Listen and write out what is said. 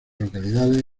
localidades